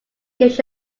gives